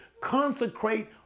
consecrate